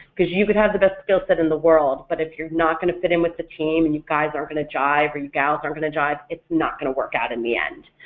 because you could have the best skillset in the world, but if you're not going to fit in with the team and you guys aren't going to jive or you gals are going to jive, it's not going to work out in the end.